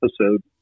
episode